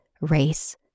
race